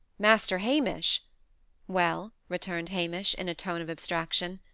master hamish well? returned hamish, in a tone of abstraction.